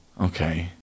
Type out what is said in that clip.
Okay